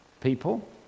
people